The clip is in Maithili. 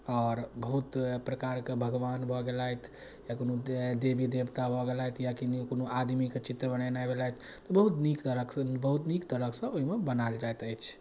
आओर बहुत प्रकारके भगवान भऽ गेलथि या कोनो देवी देवता भऽ गेलथि या कोनो आदमीके चित्र बनेनाइ भेलथि तऽ बहुत नीक तरहसँ बहुत नीक तरहसँ ओहिमे बनाएल जाइत अछि